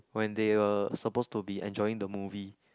when they were suppose to be enjoying the movie